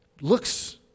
looks